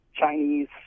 Chinese